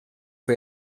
cae